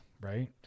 right